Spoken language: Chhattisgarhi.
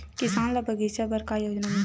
किसान ल बगीचा बर का योजना मिलथे?